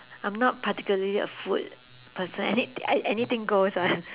I'm not particularly a food person any~ a~ anything goes [one]